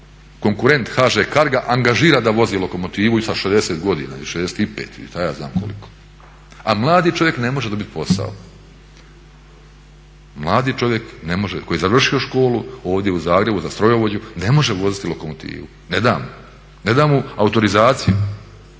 konkurent HŽ Cargoa angažira da vozi lokomotivu i sa 60 godina i 65 i što ja znam koliko. A mladi čovjek ne može dobiti posao, koji je završio školu ovdje u Zagrebu za strojovođu ne može voziti lokomotivu, ne da mu, ne da mu autorizaciju.